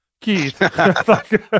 Keith